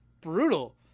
Brutal